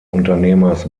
unternehmers